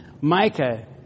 Micah